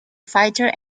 fighter